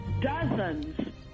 dozens